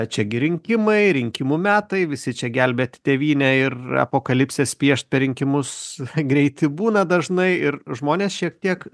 čia gi rinkimai rinkimų metai visi čia gelbėt tėvynę ir apokalipses piešt per rinkimus greiti būna dažnai ir žmonės šiek tiek